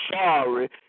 sorry